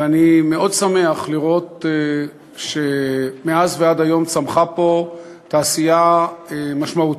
ואני מאוד שמח לראות שמאז ועד היום צמחה פה תעשייה משמעותית